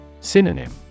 Synonym